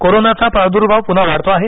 कोरोनाचा प्रादुर्भाव पुन्हा वाढतो आहे